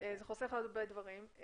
ועוד דברים.